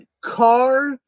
car